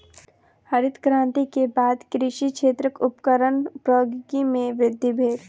हरित क्रांति के बाद कृषि क्षेत्रक उपकरणक प्रौद्योगिकी में वृद्धि भेल